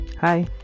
hi